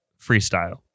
freestyle